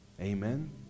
Amen